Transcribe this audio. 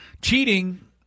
cheating